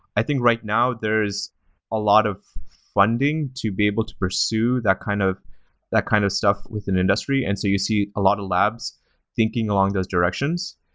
i think, right now, there's a lot of funding to be able to pursue that kind of that kind of stuff within industry. and so you see a lot of labs thinking along those directions.